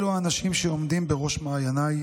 אלה האנשים שעומדים בראש מעייניי.